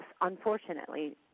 Unfortunately